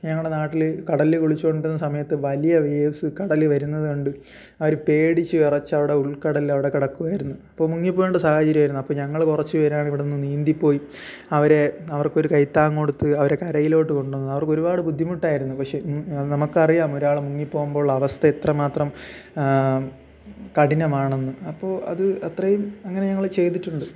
ഞങ്ങളുടെ നാട്ടിൽ കടലിൽ കുളിച്ചുകൊണ്ടിരുന്ന സമയത്ത് വലിയ വേവ്സ് കടൽ വരുന്നതുകണ്ട് അവർ പേടിച്ചുവിറച്ച് അവിടെ ഉൾക്കടലിലവിടെ കിടക്കുകയായിരുന്നു അപ്പോൾ മുങ്ങിപ്പോവേണ്ട സാഹചര്യം ആയിരുന്നു അപ്പോൾ ഞങ്ങൾ കുറച്ചുപേരാണ് ഇവിടുന്ന് നീന്തിപ്പോയി അവരെ അവർക്കൊരു കൈത്താങ്ങ് കൊടുത്ത് അവരെ കരയിലോട്ടു കൊണ്ടുവന്നത് അവർക്കൊരുപാട് ബുദ്ധിമുട്ടായിരുന്നു പക്ഷേ ഉം അത് നമുക്കറിയാം ഒരാൾ മുങ്ങിപ്പോവുമ്പോഴുള്ള അവസ്ഥ എത്രമാത്രം കഠിനമാണെന്ന് അപ്പോൾ അത് അത്രയും അങ്ങനെ ഞങ്ങൾ ചെയ്തിട്ടുണ്ട്